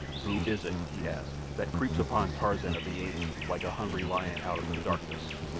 who is it, he asked, that creeps upon tarzan of the apes, like a hungry lion out of the darkness?